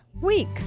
week